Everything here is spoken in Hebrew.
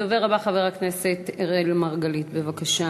הדובר הבא, חבר הכנסת אראל מרגלית, בבקשה.